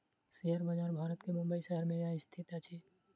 share बजार भारत के मुंबई शहर में स्थित अछि